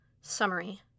Summary